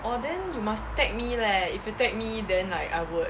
orh then you must tag me leh if you tag me then like I would